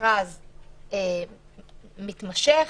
המכרז מתמשך,